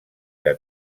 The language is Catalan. que